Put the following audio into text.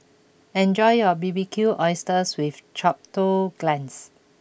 enjoy your Barbecued Oysters with Chipotle Glaze